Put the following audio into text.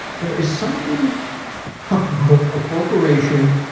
there is something about a corporation